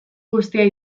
guztian